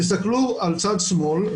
תסתכלו על צד שמאל,